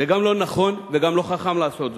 זה גם לא נכון וגם לא חכם לעשות זאת.